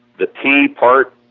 the t part,